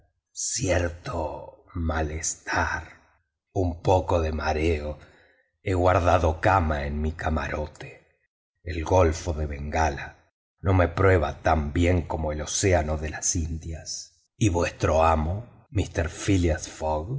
cierto malestar un poco de mareo he guardado cama en mi camarote el golfo de bengala no me prueba tan bien como el océano de las indias y vuestro amo mister phileas